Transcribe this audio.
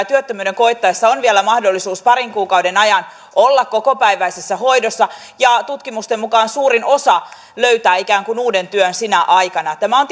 työttömyyden koittaessa lapsella on mahdollisuus vielä parin kuukauden ajan olla kokopäiväisessä hoidossa ja tutkimusten mukaan suurin osa löytää ikään kuin uuden työn sinä aikana tämä on